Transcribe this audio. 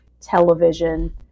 television